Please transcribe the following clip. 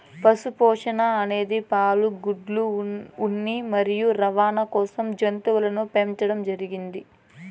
పశు పోషణ అనేది పాలు, గుడ్లు, ఉన్ని మరియు రవాణ కోసం జంతువులను పెంచండం జరిగింది